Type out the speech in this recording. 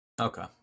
Okay